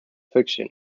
fiction